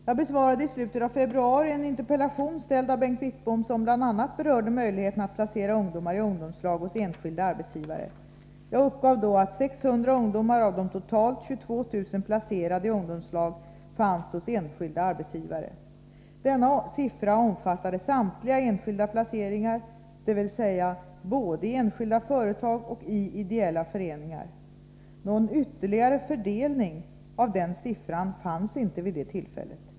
Jag besvaradeii slutet av februari en interpellation ställd av Bengt Wittbom som bl.a. berörde möjligheten att placera ungdomar i ungdomslag hos enskilda arbetsgivare. Jag uppgav då att 600 ungdomar av de totalt 22 000 placerade i ungdomslag fanns hos enskilda arbetsgivare. Denna siffra omfattade samtliga enskilda placeringar, dvs. både i enskilda företag och i ideella föreningar. Någon ytterligare fördelning beträffande dessa placeringar fanns inte vid det tillfället.